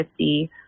50